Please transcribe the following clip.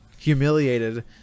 humiliated